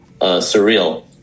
surreal